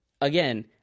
Again